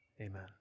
Amen